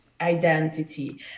identity